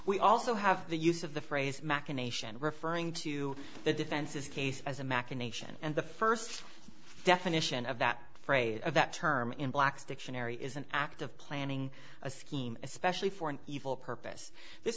we also have the use of the phrase machination referring to the defense's case as a machination and the first definition of that phrase that term in black's dictionary is an act of planning a scheme especially for an evil purpose this